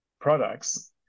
products